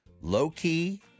low-key